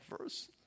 verse